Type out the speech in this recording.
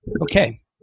Okay